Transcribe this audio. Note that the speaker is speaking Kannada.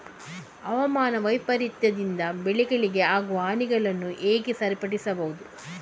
ಹವಾಮಾನ ವೈಪರೀತ್ಯದಿಂದ ಬೆಳೆಗಳಿಗೆ ಆಗುವ ಹಾನಿಗಳನ್ನು ಹೇಗೆ ಸರಿಪಡಿಸಬಹುದು?